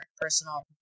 personal